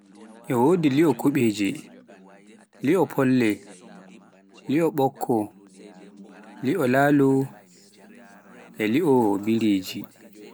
li'o kuɓeje, li'o folle, li'o ɓokko, li'o laalo, li'o biriiji